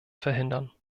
verhindern